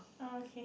oh okay